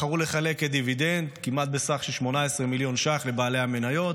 בחרו לחלק כדיבידנד בסך של כמעט 18 מיליון ש"ח לבעלי המניות.